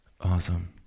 Awesome